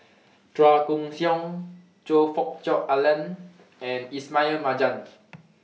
Chua Koon Siong Choe Fook Cheong Alan and Ismail Marjan